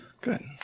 Good